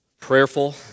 prayerful